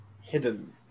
hidden